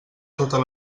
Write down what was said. totes